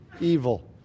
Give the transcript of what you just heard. evil